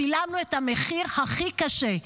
שילמנו את המחיר הכי קשה.